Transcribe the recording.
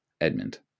Edmund